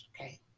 okay